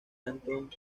antón